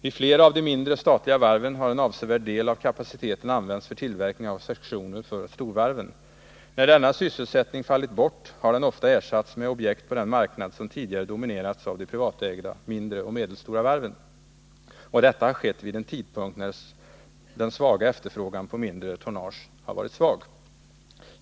Vid flera av de mindre statliga varven har en avsevärd del av kapaciteten använts för tillverkning av sektioner för storvarven. När denna sysselsättning fallit bort, har den ofta ersatts med objekt på den marknad som tidigare dominerats av de privatägda mindre och medelstora varven. Och detta har skett vid en tidpunkt när efterfrågan på mindre tonnage har varit svag.